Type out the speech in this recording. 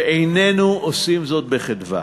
ואיננו עושים זאת בחדווה,